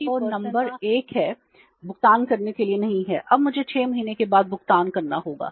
तो खरीद और नंबर एक है भुगतान करने के लिए नहीं है अब मुझे 6 महीने के बाद भुगतान करना होगा